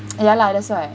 ya lah that's why